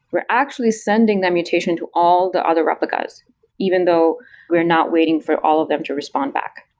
we're actually sending that mutation to all the other replicas even though we're not waiting for all of them to respond back.